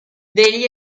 degli